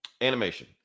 animation